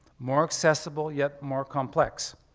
more accessible yet more complex,